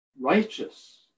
righteous